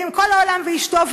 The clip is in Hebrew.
ועם כל העולם ואשתו,